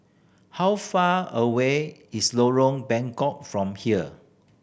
how far away is Lorong Bengkok from here